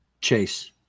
Chase